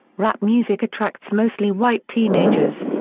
rap music attracts mostly white teenagers.